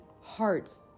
hearts